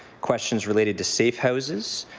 questions related to safe houses.